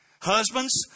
Husbands